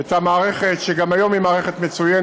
את המערכת, שגם היום היא מערכת מצוינת